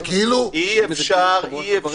בסופו של דבר רז נזרי יכריע אבל בנקודה